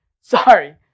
Sorry